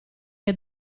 che